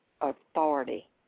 authority